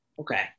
Okay